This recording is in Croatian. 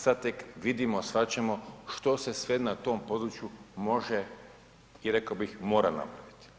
Sada tek vidimo, shvaćamo što se sve na tom područje može i rekao bih mora napraviti.